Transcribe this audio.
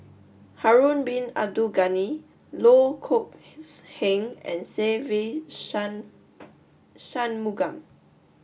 Harun Bin Abdul Ghani Loh Kok Heng and Se Ve Shanmugam